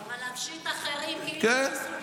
אבל להפשיט אחרים כאילו --- כן,